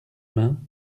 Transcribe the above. mains